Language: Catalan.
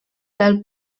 del